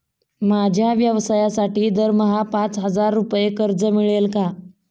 माझ्या व्यवसायासाठी दरमहा पाच हजार रुपये कर्ज मिळेल का?